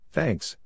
Thanks